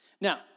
Now